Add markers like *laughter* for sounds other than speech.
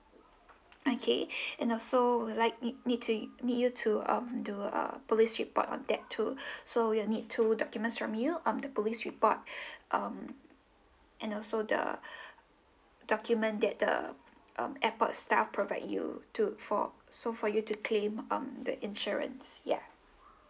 okay *breath* and also will I need need to need you to um do a police report on that to *breath* so we'll need two documents from you um the police report *breath* um and also the *breath* document that the um airport staff provide you to for so for you to claim um the insurance ya